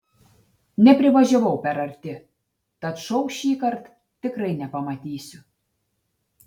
neprivažiavau per arti tad šou šįkart tikrai nepamatysiu